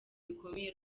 bikomeye